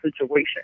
situation